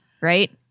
right